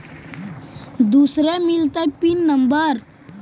दुसरे मिलतै pin number?